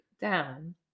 down